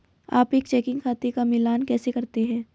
आप एक चेकिंग खाते का मिलान कैसे करते हैं?